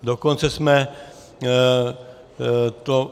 Dokonce jsme to...